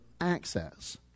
access